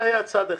זה היה צד אחד.